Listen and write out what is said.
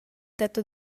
tetto